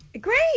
Great